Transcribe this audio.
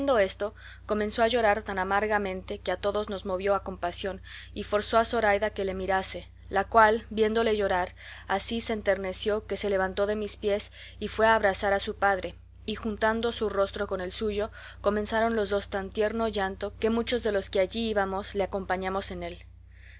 esto comenzó a llorar tan amargamente que a todos nos movió a compasión y forzó a zoraida que le mirase la cual viéndole llorar así se enterneció que se levantó de mis pies y fue a abrazar a su padre y juntando su rostro con el suyo comenzaron los dos tan tierno llanto que muchos de los que allí íbamos le acompañamos en él